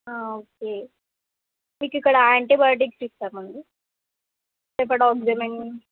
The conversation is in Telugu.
ఓకే మీకిక్కడ యాంటీబయోటిక్స్ ఇస్తామండి హెపడోక్సామిన్